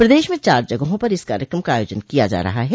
प्रदेश में चार जगहों पर इस कार्यकम का आयोजन किया जा रहा है